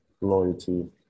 loyalty